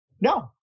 No